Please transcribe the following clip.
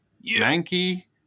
Yankee